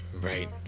right